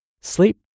sleep